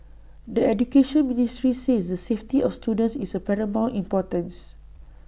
the Education Ministry says the safety of students is of paramount importance